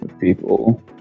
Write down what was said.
people